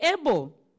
able